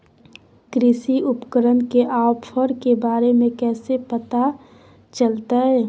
कृषि उपकरण के ऑफर के बारे में कैसे पता चलतय?